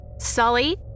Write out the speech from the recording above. Sully